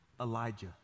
Elijah